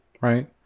right